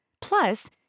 Plus